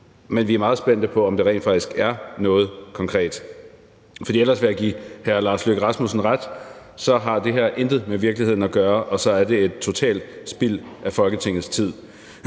men vi er meget spændte på, om der rent faktisk er noget konkret; for ellers vil jeg give hr. Lars Løkke Rasmussen ret i, at så har det her intet med virkeligheden at gøre, og så er det et totalt spild af Folketingets tid.